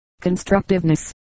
constructiveness